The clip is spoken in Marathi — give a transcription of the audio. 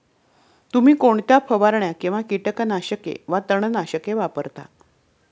तुम्ही कोणत्या फवारण्या किंवा कीटकनाशके वा तणनाशके वापरता?